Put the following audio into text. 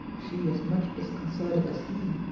she as much disconcerted as he,